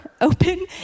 open